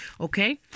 Okay